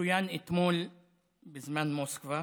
שצוין אתמול בזמן מוסקבה.